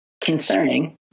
concerning